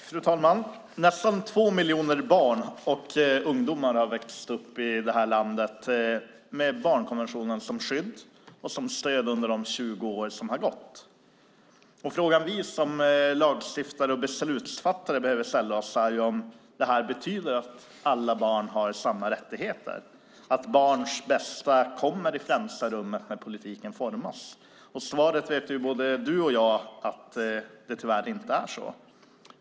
Fru talman! Nästan två miljoner barn och ungdomar har växt upp i det här landet med barnkonventionen som skydd och som stöd under de 20 år som har gått. Frågan vi som lagstiftare och beslutsfattare behöver ställa oss är om detta betyder att alla barn har samma rättigheter och att barns bästa kommer i första rummet när politiken formas. Svaret på det vet tyvärr både du och jag: Det är inte så.